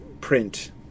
print